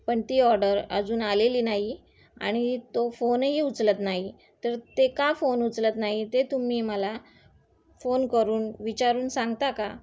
पण ती ऑर्डर अजून आलेली नाही आणि तो फोनही उचलत नाही तर ते का फोन उचलत नाही ते तुम्ही मला फोन करून विचारून सांगता का